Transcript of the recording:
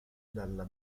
dalla